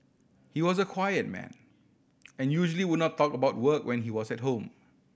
he was a quiet man and usually would not talk about work when he was at home